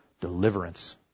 deliverance